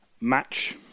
match